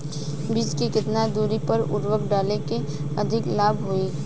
बीज के केतना दूरी पर उर्वरक डाले से अधिक लाभ होई?